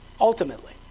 Ultimately